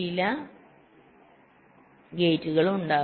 ചില ഗേറ്റുകൾ ഉണ്ടാകും